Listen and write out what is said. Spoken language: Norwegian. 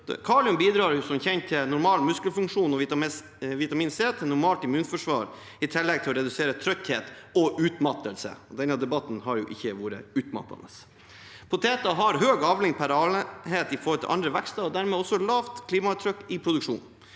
Kalium bidrar som kjent til normal muskelfunksjon, og vitamin C til normalt immunforsvar, i tillegg til å redusere trøtthet og utmattelse – og denne debatten har jo ikke vært utmattende. Poteter gir høy avling per arealenhet i forhold til andre vekster, og dermed også lavt klimaavtrykk i produksjonen.